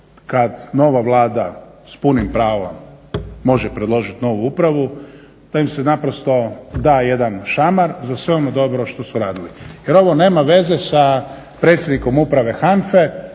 kad nova Vlada s punim pravom može predložiti novu upravu da im se naprosto da jedan šamar za sve ono dobro što su radili, jer ovo nema veze sa predsjednikom Uprave HANFA-e.